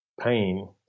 pain